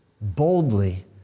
boldly